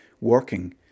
working